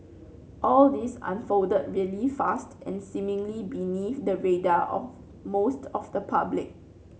all this unfolded really fast and seemingly beneath the radar of most of the public